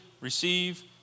receive